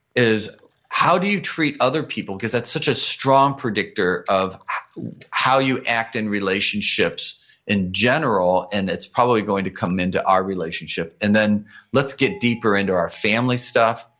how do you treat other people because that's such a strong predictor of how you act in relationships in general and it's probably going to come into our relationship? and then let's get deeper into our family stuff.